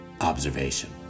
observation